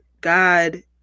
God